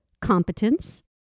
competence